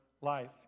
life